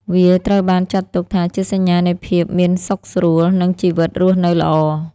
វាត្រូវបានចាត់ទុកថាជាសញ្ញានៃភាពមានសុខស្រួល និងជីវិតរស់នៅល្អ។